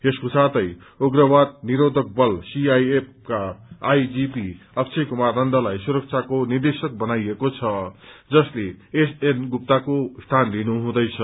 यसको साथै उप्रवाद निरोधक बल सीआईएफ का आईजीपी अक्षय कुमार नन्दलाई सुरक्षाको निदेशक बनाइएको छ जसते एसएन गुप्ताको स्थान लिनु हुँदैछ